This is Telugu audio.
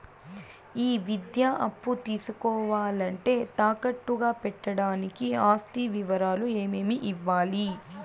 ఈ విద్యా అప్పు తీసుకోవాలంటే తాకట్టు గా పెట్టడానికి ఆస్తి వివరాలు ఏమేమి ఇవ్వాలి?